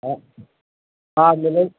ह हा मिलनि